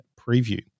preview